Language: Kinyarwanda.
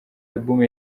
alubumu